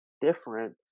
different